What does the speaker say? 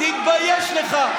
תתבייש לך.